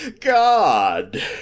god